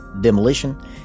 demolition